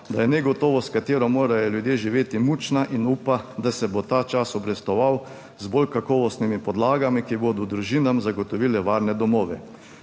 da je negotovost, s katero morajo ljudje živeti, mučna, in upa, da se bo ta čas obrestoval z bolj kakovostnimi podlagami, ki bodo družinam zagotovile varne domove.